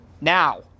Now